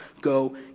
go